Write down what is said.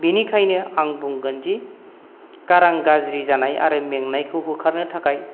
बिनिखायनो आं बुंगोन दि गारां गाज्रि जानाय आरो मेंनायखौ होखारनो थाखाय